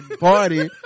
party